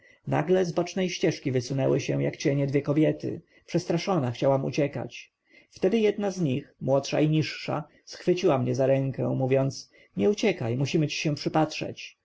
nagle z bocznej ścieżki wysunęły się jak cienie dwie kobiety przestraszona chciałam uciekać wtedy jedna z nich młodsza i niższa schwyciła mnie za rękę mówiąc nie uciekaj musimy ci się przypatrzyć